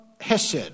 Hesed